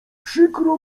przykro